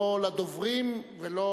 לא לדוברים ולא,